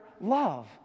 love